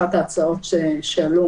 אחת ההצעות שעלו